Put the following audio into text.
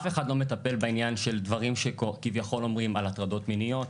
אף אחד לא מטפל בעניין של דברים שכביכול אומרים על הטרדות מיניות,